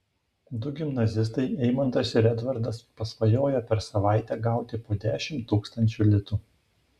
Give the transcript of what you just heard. du gimnazistai eimantas ir edvardas pasvajojo per savaitę gauti po dešimt tūkstančių litų